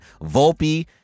Volpe